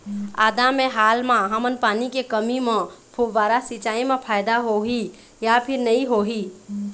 आदा मे हाल मा हमन पानी के कमी म फुब्बारा सिचाई मे फायदा होही या फिर नई होही?